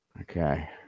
okay